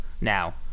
now